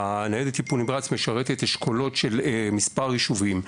ניידת טיפול נמרץ משרתת אשכולות של מספר ישובים,